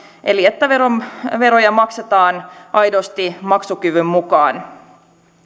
eli että veroja maksetaan aidosti maksukyvyn mukaan